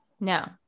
No